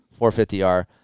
450R